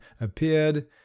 appeared